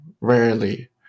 rarely